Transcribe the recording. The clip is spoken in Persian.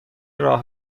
راه